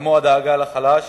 כמו הדאגה לחלש.